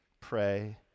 pray